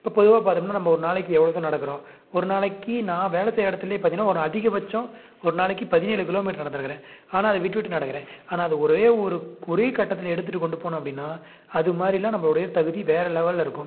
இப்போ பொதுவாக பார்த்தோம்னா நம்ம ஒரு நாளைக்கு எவ்வளோ தூரம் நடக்குறோம் ஒரு நாளைக்கு நான் வேலை செய்கிற இடத்துலையே பார்த்திங்கன்னா ஒரு அதிகபட்சம் ஒரு நாளைக்கு பதினேலு கிலோ மீட்டர் நடந்துருக்கிறேன் ஆனால் அது விட்டு விட்டு நடக்கிறேன் ஆனால் அது ஒரே ஒரு ஒரே கட்டத்தில் எடுத்துட்டு கொண்டு போனோம் அப்படின்னா அது மாதிரிலாம் நம்மளுடைய தகுதி வேற லெவலில் இருக்கும்